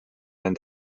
end